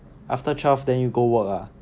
after twelve then you go work ah